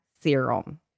serum